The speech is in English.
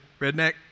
Redneck